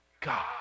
God